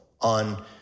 on